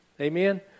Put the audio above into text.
Amen